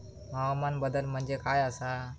हवामान बदल म्हणजे काय आसा?